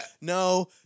no